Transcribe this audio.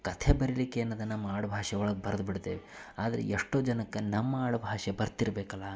ಕಥೆ ಬರಿಲಿಕ್ಕೆ ಏನದ ನಮ್ಮ ಆಡುಭಾಷೆ ಒಳಗೆ ಬರ್ದ್ಬಿಡ್ತೇವೆ ಆದ್ರೆ ಎಷ್ಟೋ ಜನಕ್ಕೆ ನಮ್ಮ ಆಡುಭಾಷೆ ಬರ್ತಿರಬೇಕಲ್ಲ